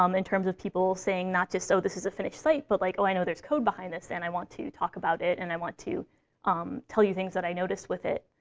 um in terms of people saying not just, oh, this is a finished site, but like oh, i know there's code behind this, and i want to talk about it, and i want to um tell you things that i noticed with it.